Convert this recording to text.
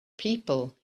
people